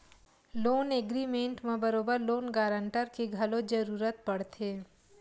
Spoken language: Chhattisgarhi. लोन एग्रीमेंट म बरोबर लोन गांरटर के घलो जरुरत पड़थे